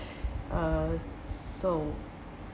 uh so